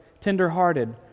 tenderhearted